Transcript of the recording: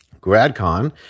GradCon